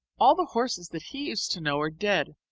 all the horses that he used to know are dead,